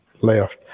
left